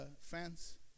fans